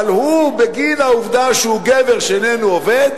אבל הוא, בגין העובדה שהוא גבר שאיננו עובד,